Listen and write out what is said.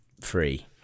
free